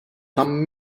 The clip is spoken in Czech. tam